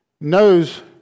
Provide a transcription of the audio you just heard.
knows